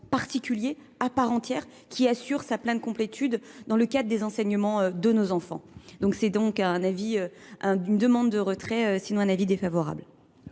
particulier, à part entière, qui assure sa pleine complétude dans le cadre des enseignements de nos enfants. Donc c'est donc une demande de retrait, sinon un avis défavorable.